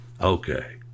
Okay